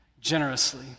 generously